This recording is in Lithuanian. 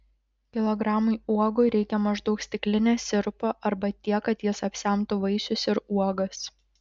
kilogramui uogų reikia maždaug stiklinės sirupo arba tiek kad jis apsemtų vaisius ir uogas